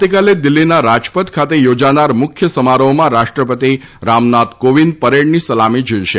આવતીકાલે દિલ્ફીના રાજપથ ખાતે યોજાનાર મુખ્ય સમારોહમાં રાષ્ટ્રપતિ રામનાથ કોવિંદ પરેડની સલામી ઝીલશે